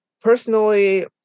personally